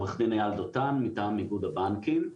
אני עורך דין אייל דותן מטעם איגוד הבנקים.